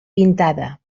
pintada